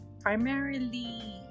primarily